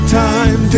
time